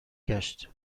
گشت